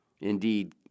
Indeed